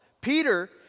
Peter